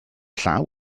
llaw